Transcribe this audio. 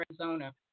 Arizona